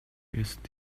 ist